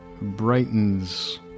brightens